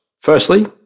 Firstly